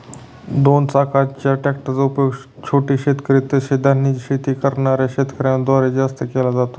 दोन चाकाच्या ट्रॅक्टर चा उपयोग छोटे शेतकरी, तसेच धान्याची शेती करणाऱ्या शेतकऱ्यांन द्वारे जास्त केला जातो